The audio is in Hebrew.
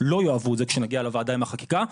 לא יאהבו את זה כשנגיע לוועדה עם החקיקה.